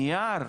נייר,